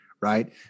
right